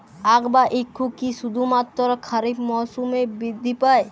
আখ বা ইক্ষু কি শুধুমাত্র খারিফ মরসুমেই বৃদ্ধি পায়?